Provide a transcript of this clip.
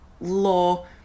law